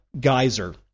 geyser